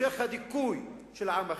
המשך הדיכוי של עם אחר,